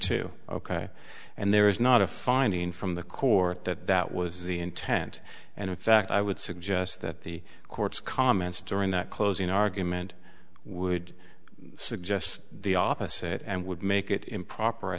to ok and there is not a finding from the court that that was the intent and in fact i would suggest that the courts comments during that closing argument would suggest the opposite and would make it improper i